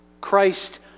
Christ